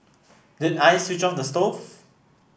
did I switch on the stove